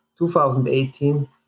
2018